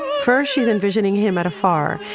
first, she's envisioning him at a far,